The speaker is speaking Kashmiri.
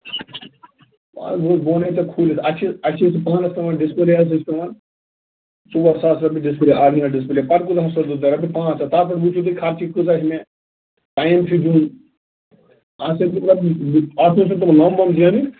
آ بہٕ وَنے ژےٚ کھوٗلِتھ اَسہِ چھِ اَسہِ چھِ پانس پٮ۪وان ڈسپلے حظ چھِ پٮ۪وان ژور ساس رۄپیہِ ڈسپلے آرجِنل ڈِسپلے پتہٕ کوٗتاہ حظ چھُسس بہٕ رٹان بہٕ رٹہٕ پانٛژھ ہتھ تتھ منٛز وُِچھِو تُہۍ خرچہٕ کۭژاہ چھِ مےٚ ٹایم چھُ دُیُن اَتھ چھُ نہٕ تِم پتہٕ اَدٕ چھِ تِم پتہٕ لم وَم زینٕنۍ